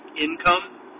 income